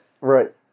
right